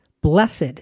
blessed